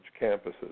campuses